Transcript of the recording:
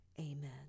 Amen